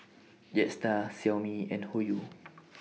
Jetstar Xiaomi and Hoyu